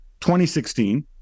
2016